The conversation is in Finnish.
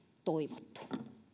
toivottu